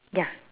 ya